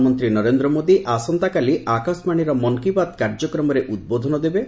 ପ୍ରଧାନମନ୍ତ୍ରୀ ନରେନ୍ଦ୍ର ମୋଦୀ ଆସନ୍ତାକାଲି ଆକାଶବାଣୀର ମନ୍ କୀ ବାତ୍ କାର୍ଯ୍ୟକ୍ରମରେ ଉଦ୍ବୋଧନ ଦେବେ